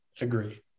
agree